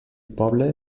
poble